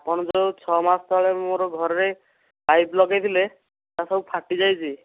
ଆପଣ ଯେଉଁ ଛଅ ମାସ ତଳେ ମୋର ଘରେ ପାଇପ୍ ଲଗାଇଥିଲେ ତାହା ସବୁ ଫାଟି ଯାଇଛି